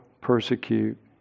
persecute